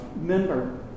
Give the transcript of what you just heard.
member